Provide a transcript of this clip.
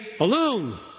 alone